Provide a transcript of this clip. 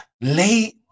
late